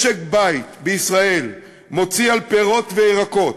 משק-בית בישראל מוציא על פירות וירקות